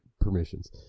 permissions